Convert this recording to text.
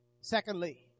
Secondly